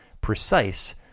precise